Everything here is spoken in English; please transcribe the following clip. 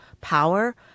power